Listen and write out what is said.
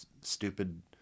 stupid